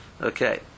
Okay